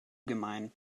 gemein